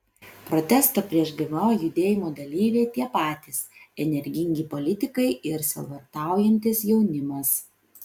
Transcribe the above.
protesto prieš gmo judėjimo dalyviai tie patys energingi politikai ir sielvartaujantis jaunimas